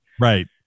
Right